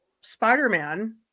Spider-Man